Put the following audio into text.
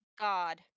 God